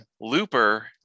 Looper